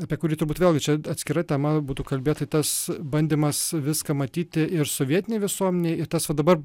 apie kurį turbūt vėlgi čia atskira tema būtų kalbėt tai tas bandymas viską matyti iš sovietinei visuomenei ir tas va dabar